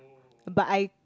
but I